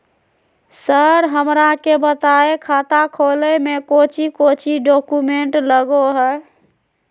Sir हमरा के बताएं खाता खोले में कोच्चि कोच्चि डॉक्यूमेंट लगो है?